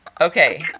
Okay